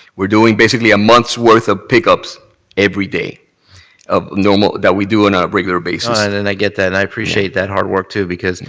we're doing basically a month's worth of pickups every day of normal that we do on a regular basis. i and and i get that, and i appreciate that hard work too because